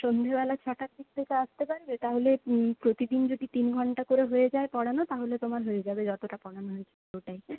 সন্ধেবেলা ছটার দিক থেকে আসতে পারবে তাহলে প্রতিদিন যদি তিন ঘণ্টা করে হয়ে যায় পড়ানো তাহলে তোমার হয়ে যাবে যতটা পড়ানো হয়েছে ততটাই